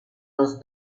los